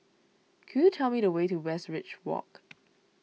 could you tell me the way to Westridge Walk